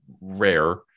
rare